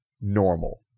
normal